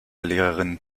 lehrerin